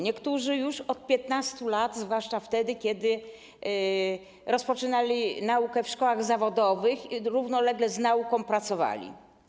Niektórzy już od 15. roku życia, zwłaszcza wtedy kiedy rozpoczynali naukę w szkołach zawodowych, równolegle z nauką pracowali.